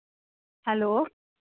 hello